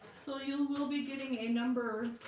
so you will be getting a number